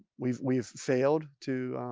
we've we've failed to,